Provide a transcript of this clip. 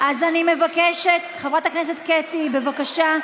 אז אני מבקשת, חברת הכנסת קטי, בבקשה,